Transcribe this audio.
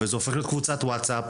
וזה הופך להיות קבוצת ווטסאפ,